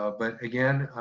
ah but, again,